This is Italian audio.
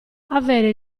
avere